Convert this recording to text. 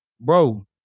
bro